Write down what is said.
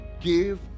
give